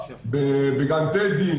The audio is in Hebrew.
בגן טדי,